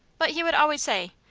but he would always say,